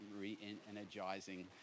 re-energizing